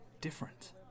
different